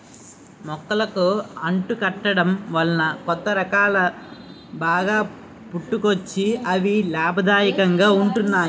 మొక్కలకు అంటు కట్టడం వలన కొత్త రకాలు బాగా పుట్టుకొచ్చి అవి లాభదాయకంగా ఉంటున్నాయి